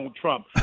Trump